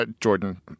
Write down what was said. Jordan